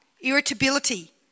irritability